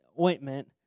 ointment